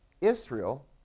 Israel